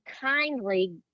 kindly